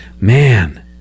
Man